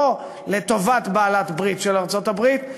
לא לטובת בעלת-ברית של ארצות-הברית,